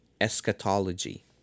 eschatology